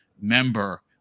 member